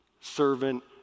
servant